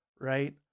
Right